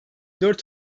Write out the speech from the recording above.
dört